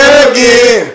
again